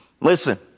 Listen